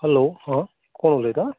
hello हा कोण उलयता